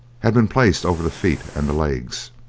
had been placed over the feet and the legs.